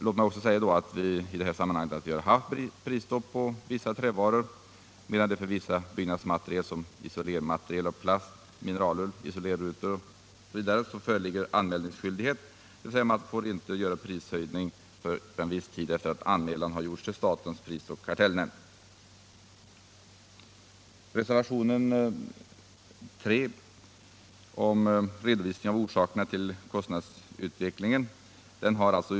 Låt mig också i detta sammanhang säga att vi f. n. har prisstopp på bl.a. vissa trävaror, medan det för vissa byggnadsmaterial såsom isolermaterial av plast, mineralull, isolerrutor och glasull föreligger anmälningsskyldighet, dvs. prishöjning får inte genomföras förrän viss tid efter det att anmälan därom har gjorts till statens prisoch kartellnämnd. I reservationen 3 begärs en redovisning av orsakerna till kostnadsutvecklingen inom byggnadssektorn.